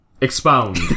Expound